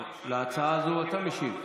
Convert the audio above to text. אדוני.